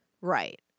Right